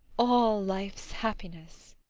all life's happiness.